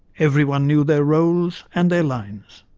everyone knew their roles and their lines.